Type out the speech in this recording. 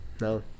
no